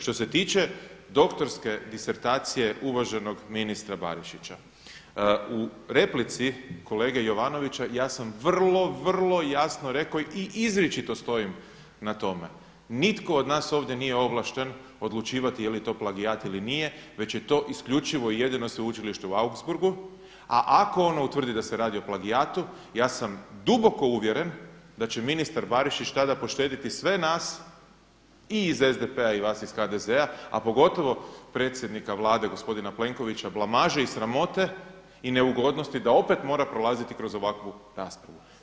Što se tiče doktorske disertacije uvaženog ministra Barišića, u replici kolege Jovanovića ja sam vrlo, vrlo jasno rekao i izričito stojim na tome, nitko od nas ovdje nije ovlašten odlučivati jeli to plagijat ili nije već je to isključivo jedini Sveučilište u Augsburgu, a ako ono utvrdi da se radi o plagijatu ja sam duboko uvjeren da će ministar Barišić tada poštediti sve nas i iz SDP-a i vas iz HDZ-a, a pogotovo predsjednika Vlade gospodina Plenkovića blamaže i sramote i neugodnosti da opet mora prolaziti kroz ovakvu raspravu.